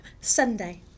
Sunday